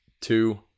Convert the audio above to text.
two